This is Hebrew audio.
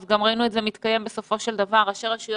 גם ראינו את זה בסופו של דבר מתקיים כאשר ראשי הרשויות